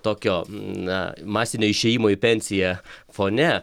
tokio na masinio išėjimo į pensiją fone